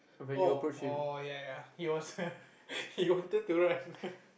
oh oh ya ya he was he wanted to ride the